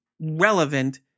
relevant